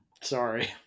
Sorry